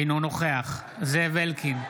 אינו נוכח זאב אלקין,